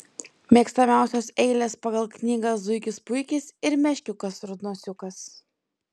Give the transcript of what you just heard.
mėgstamiausios eilės pagal knygą zuikis puikis ir meškiukas rudnosiukas